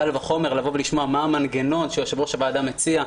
קל וחומר לשמוע מה המנגנון שיושב-ראש הוועדה מציע,